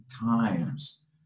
times